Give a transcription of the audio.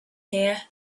here